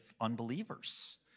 unbelievers